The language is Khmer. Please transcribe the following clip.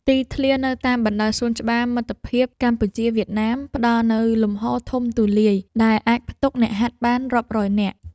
ទីធ្លានៅតាមបណ្ដោយសួនច្បារមិត្តភាពកម្ពុជា-វៀតណាម ផ្ដល់នូវលំហរធំទូលាយដែលអាចផ្ទុកអ្នកហាត់បានរាប់រយនាក់។